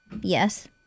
Yes